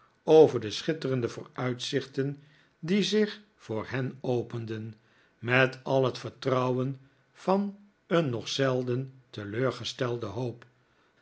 over de schitterende vooruitzichten die zich voor hen openden met al het vertrouwen van een nog zelden teleurgestelde hoop